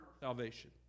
salvation